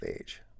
age